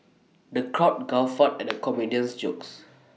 the crowd guffawed at the comedian's jokes